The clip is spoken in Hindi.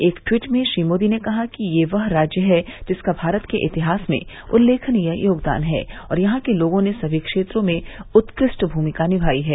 एक ट्वीट में श्री मोदी ने कहा कि ये वह राज्य है जिसका भारत के इतिहास में उल्लेखनीय योगदान है और यहां के लोगों ने समी क्षेत्रों में उत्कृष्ठ भूमिका निमाई है